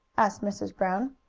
asked mrs. brown.